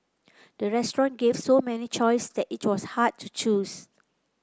the restaurant gave so many choice that it was hard to choose